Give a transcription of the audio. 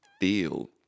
feel